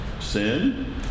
sin